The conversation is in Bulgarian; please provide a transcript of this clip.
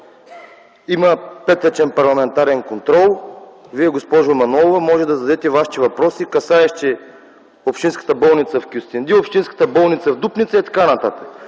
Има петъчен парламентарен контрол. Вие, госпожо Манолова, можете да зададе Вашите въпроси, касаещи общинската болница в Кюстендил, общинската болница в Дупница и т.н. Защото